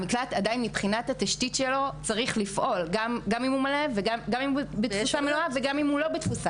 המקלט צריך עדין להמשיך ולפעול גם אם הוא בתפוסה מלאה וגם אם לא.